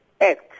act